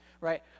right